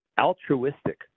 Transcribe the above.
altruistic